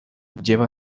lleva